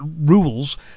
rules